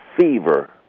fever